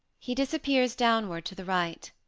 he disappears downward to the right.